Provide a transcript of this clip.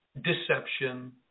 deception